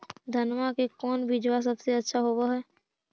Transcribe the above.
धनमा के कौन बिजबा सबसे अच्छा होव है?